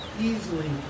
easily